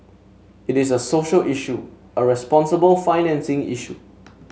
it is a social issue a responsible financing issue